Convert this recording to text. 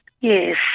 Yes